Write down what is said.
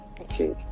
Okay